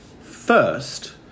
first